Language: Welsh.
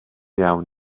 iawn